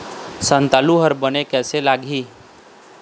संतालु हर बने कैसे लागिही?